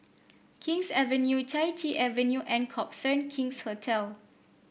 King's Avenue Chai Chee Avenue and Copthorne King's Hotel